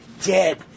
dead